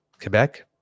Quebec